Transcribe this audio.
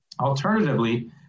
Alternatively